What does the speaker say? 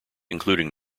including